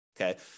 okay